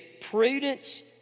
prudence